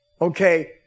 Okay